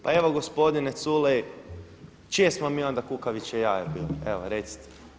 Pa evo gospodine Culej, čije smo mi onda kukavičje jaje bili, evo recite.